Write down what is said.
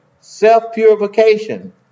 self-purification